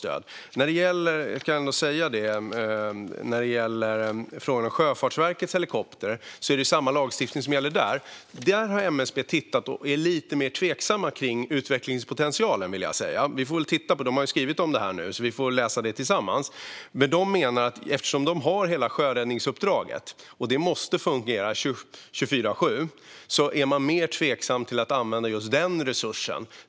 När det gäller frågan om Sjöfartsverkets helikopter är det samma lagstiftning som gäller där. Där är MSB lite mer tveksamma till utvecklingspotentialen. De har skrivit om det här nu, så vi får väl läsa det tillsammans. Men Sjöfartsverket menar att eftersom de har hela sjöräddningsuppdraget, som måste fungera 24:7, är de mer tveksamma till att använda just den resursen.